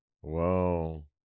whoa